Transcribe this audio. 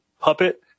puppet